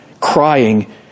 crying